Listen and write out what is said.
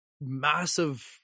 massive